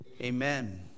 Amen